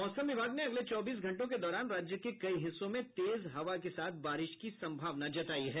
मौसम विभाग ने अगले चौबीस घंटों के दौरान राज्य के कई हिस्सों में तेज हवा के साथ बारिश की संभावना जतायी है